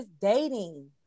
dating